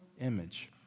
image